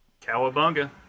Cowabunga